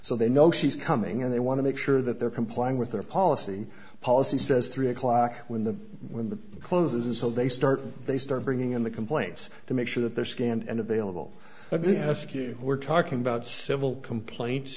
so they know she's coming and they want to make sure that they're complying with their policy policy says three o'clock when the when the closes and so they start they start bringing in the complaints to make sure that they're scanned and available let me ask you we're talking about civil complaint